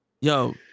Yo